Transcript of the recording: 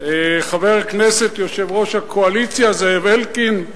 חבר הכנסת יושב-ראש הקואליציה זאב אלקין,